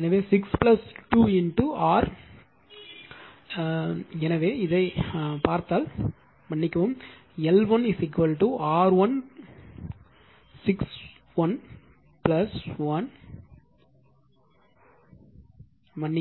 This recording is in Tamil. எனவே 6 2 ஆர் 2 எனவே இதைப் பார்த்தால் மன்னிக்கவும் L1 6